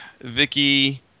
Vicky